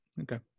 Okay